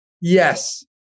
Yes